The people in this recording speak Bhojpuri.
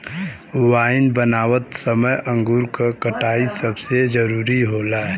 वाइन बनावत समय अंगूर क कटाई सबसे जरूरी होला